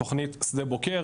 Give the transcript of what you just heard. "תוכנית שדה בוקר",